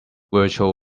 virtual